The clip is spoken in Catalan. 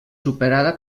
superada